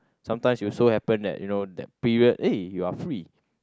sometimes you so happen that you know that period eh you are free